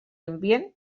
ambient